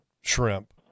shrimp